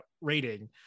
rating